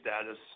status